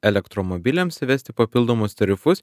elektromobiliams įvesti papildomus tarifus